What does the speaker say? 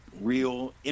real